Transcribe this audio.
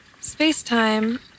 space-time